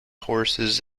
horses